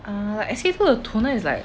err SK-II 的 toner is like